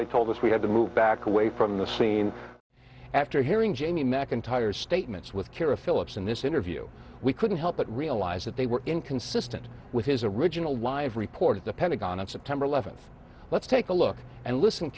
they told us we had to move back away from the scene after hearing jamie mcintyre's statements with kara phillips in this interview we couldn't help but realize that they were inconsistent with his original live report at the pentagon on september eleventh let's take a look and listen